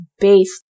based